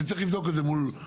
אני צריך לבדוק את זה מול,